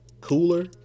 cooler